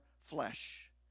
flesh